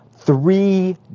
three